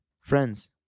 Friends